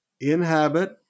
inhabit